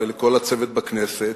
לכל הצוות בכנסת,